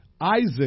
Isaac